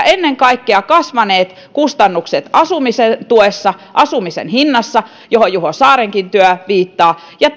ennen kaikkea kasvaneet kustannukset asumistuessa ja asumisen hinnassa mihin juho saarenkin työryhmä viittaa ja